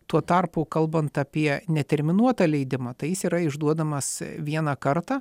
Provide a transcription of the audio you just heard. tuo tarpu kalbant apie neterminuotą leidimą tai jis yra išduodamas vieną kartą